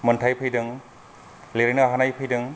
मोन्थाय फैदों लिरनो हानाय फैदों